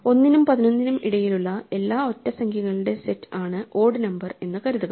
1 നും 11 നും ഇടയിലുള്ള എല്ലാ ഒറ്റ സംഖ്യകളുടെ സെറ്റ് ആണ് ഓഡ് നമ്പർ എന്ന് കരുതുക